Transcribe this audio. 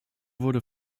wurde